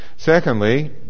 Secondly